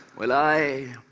well i.